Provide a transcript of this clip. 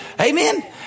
Amen